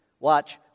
Watch